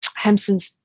Hemsons